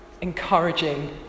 encouraging